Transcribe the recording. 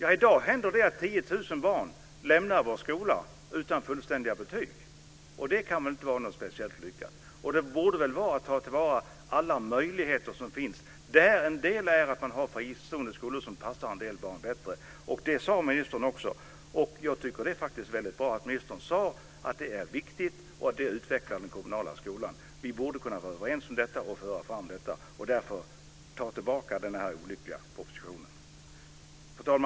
I dag lämnar 10 000 barn vår skola utan fullständiga betyg. Det kan inte vara speciellt lyckat. Vi borde ta till vara alla möjligheter som finns. En möjlighet är fristående skolor, som passar vissa barn bättre. Det sade ministern också. Jag tycker att det är väldigt bra att ministern sade att det är viktigt och att det utvecklar den kommunala skolan. Vi borde kunna vara överens om detta och föra fram det. Därför menar jag att ni bör dra tillbaka denna olyckliga proposition. Fru talman!